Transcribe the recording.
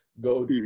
go